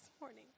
morning